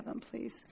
please